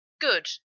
good